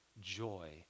joy